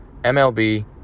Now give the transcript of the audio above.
MLB